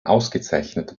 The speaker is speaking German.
ausgezeichneter